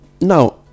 now